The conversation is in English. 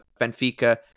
Benfica